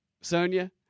Sonia